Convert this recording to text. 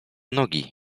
nogi